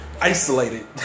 isolated